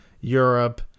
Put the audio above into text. Europe